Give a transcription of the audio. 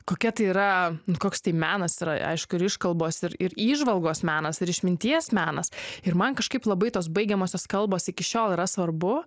kokia tai yra koks tai menas yra aišku ir iškalbos ir ir įžvalgos menas ir išminties menas ir man kažkaip labai tos baigiamosios kalbos iki šiol yra svarbu